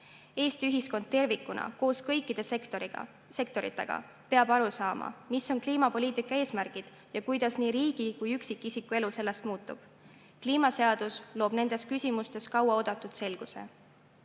Eesti ühiskond tervikuna koos kõikide sektoritega peab aru saama, mis on kliimapoliitika eesmärgid ja kuidas nii riigi kui ka üksikisiku elu sellest muutub. Kliimaseadus loob nendes küsimustes kauaoodatud selguse.